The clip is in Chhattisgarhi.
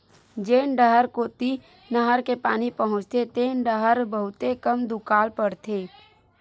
जेन डाहर कोती नहर के पानी पहुचथे तेन डाहर बहुते कम दुकाल परथे